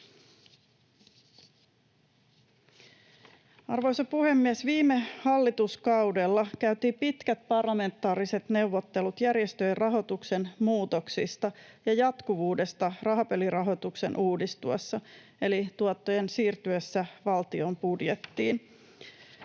Arvoisa puhemies! Viime hallituskaudella käytiin pitkät parlamentaariset neuvottelut järjestöjen rahoituksen muutoksista ja jatkuvuudesta rahapelirahoituksen uudistuessa eli tuottojen siirtyessä valtion budjettiin.